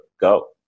go